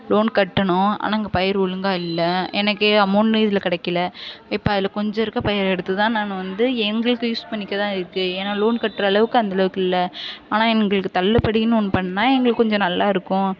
loan கட்டணும் ஆனால் அங்கே பயிர் ஒழுங்காக இல்லை எனக்கு அமௌண்ட்டும் இதில் கிடைக்கல இப்போ அதில் கொஞ்சம் இருக்கிற பயிர் எடுத்துதான் நான் வந்து எங்களுக்கு யூஸ் பண்ணிக்கதான் இருக்குது ஏன்னால் லோன் கட்டுகிற அளவுக்கு அந்த அளவுக்கு இல்லை ஆனால் எங்களுக்கு தள்ளுபடின்னு ஒன்று பண்ணுனால் எங்களுக்கு கொஞ்சம் நல்லா இருக்கும்